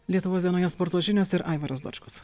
lietuvos dienoje sporto žinios ir aivaras dočkus